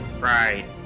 Right